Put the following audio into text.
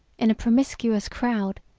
in a promiscuous crowd,